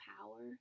power